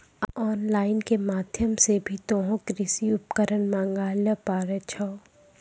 on line के माध्यम से भी तोहों कृषि उपकरण मंगाय ल पारै छौ